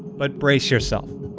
but brace yourself.